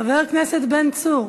חבר הכנסת בן צור,